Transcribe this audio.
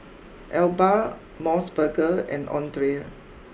Alba Mos Burger and Andre